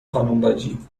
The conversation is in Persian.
خانمباجی